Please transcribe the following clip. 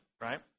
right